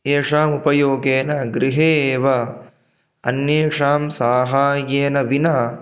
येषाम् उपयोगेन गृहे एव अन्येषां सहायेन विना